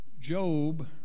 Job